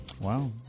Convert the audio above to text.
Wow